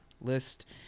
list